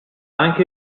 anche